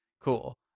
cool